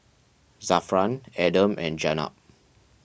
Zafran Adam and Jenab